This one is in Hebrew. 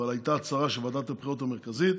אבל הייתה הצהרה של ועדת הבחירות המרכזית